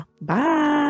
Bye